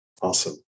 Awesome